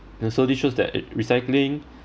this only shows that it recycling